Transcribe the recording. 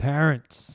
Parents